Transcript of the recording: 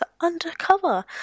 undercover